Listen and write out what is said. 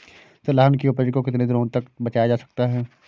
तिलहन की उपज को कितनी दिनों तक बचाया जा सकता है?